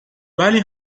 ولی